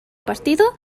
partido